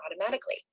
automatically